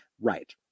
right